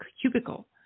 cubicle